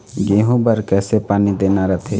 गेहूं बर कइसे पानी देना रथे?